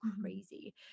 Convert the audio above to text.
crazy